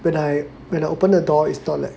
when I when I open the door is not lag